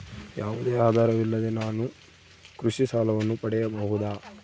ಯಾವುದೇ ಆಧಾರವಿಲ್ಲದೆ ನಾನು ಕೃಷಿ ಸಾಲವನ್ನು ಪಡೆಯಬಹುದಾ?